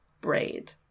Braid